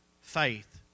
faith